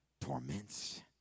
torments